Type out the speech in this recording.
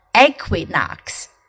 equinox